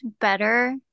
better